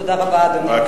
תודה רבה, אדוני היושב-ראש.